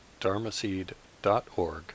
dharmaseed.org